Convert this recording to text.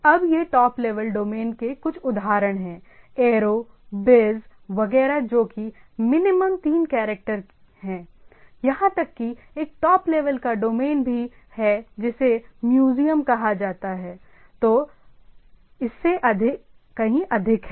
अब ये top level domain के कुछ उदाहरण हैं एयरो बिज़ वगैरह जो कि मिनिमम तीन कैरेक्टर हैं यहां तक कि एक टॉप लेवल का डोमेन भी है जिसे म्यूजियम कहा जाता है जो इससे कहीं अधिक है